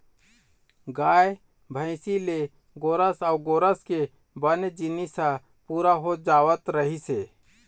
गाय, भइसी ले गोरस अउ गोरस के बने जिनिस ह पूरा हो जावत रहिस हे